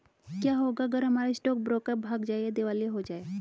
क्या होगा अगर हमारा स्टॉक ब्रोकर भाग जाए या दिवालिया हो जाये?